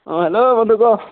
অঁ হেল্ল' বন্ধু ক